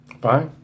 Bye